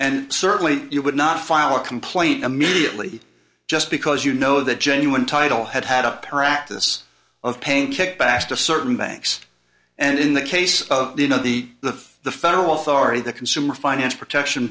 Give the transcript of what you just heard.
and certainly you would not file a complaint immediately just because you know that genuine title had had a practice of paying kickbacks to certain banks and in the case of the you know the the the federal authority the consumer finance protection